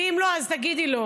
ואם לא, אז תגידי לו,